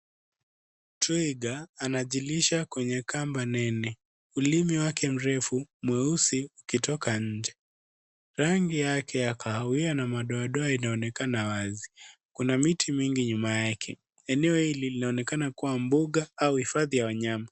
Twiga anajilisha kwenye kamba nene ulimi wake mrefu mweusi ukitoka nje. Rangi yake ya kahawia na madoadoa inaonekana wazi. Kuna miti mingi nyuma yake. Eneo hili linaonekana kuwa mbuga au hifadhi ya wanyama.